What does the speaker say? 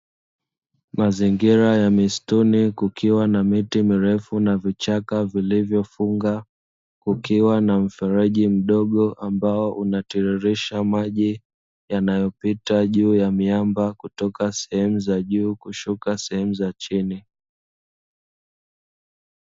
Mazingira ya mistuni, kukiwa na miti mirefu na vichaka vilivyovunga, kukiwa na mfereji mdogo ambao unatiririsha maji yanayopita juu ya miamba kutoka sehemu za juu kushuka sehemu za chini.